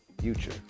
future